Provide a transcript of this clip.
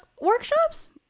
Workshops